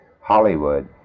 Hollywood